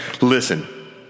listen